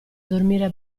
dormire